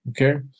Okay